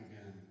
again